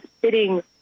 sitting